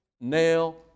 nail